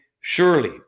surely